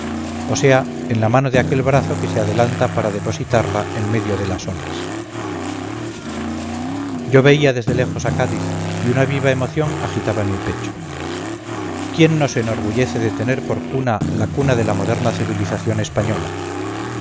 o sea en la mano de aquel brazo que se adelanta para depositarla en medio de las olas yo veía desde lejos a cádiz y una viva emoción agitaba mi pecho quién no se enorgullece de tener por cuna la cuna de la moderna civilización española